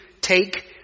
take